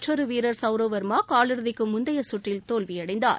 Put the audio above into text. மற்றொரு வீரர் சவுரவ் வர்மா கால் இறுதிக்கு முந்தைய சுற்றில் தோல்வியடைந்தார்